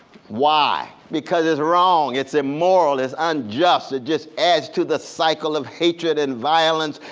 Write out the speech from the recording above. why? because it's wrong. it's immoral. it's unjust. it just adds to the cycle of hatred and violence.